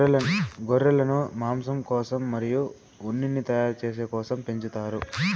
గొర్రెలను మాంసం కోసం మరియు ఉన్నిని తయారు చేసే కోసం పెంచుతారు